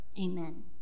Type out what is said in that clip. amen